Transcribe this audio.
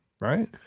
right